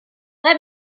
let